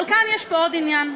אבל כאן יש פה עוד עניין: